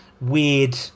weird